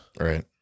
Right